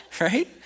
right